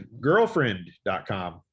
girlfriend.com